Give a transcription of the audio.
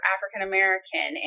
African-American